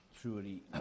truly